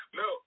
no